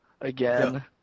again